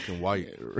white